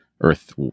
earth